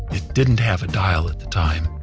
it didn't have a dial at the time,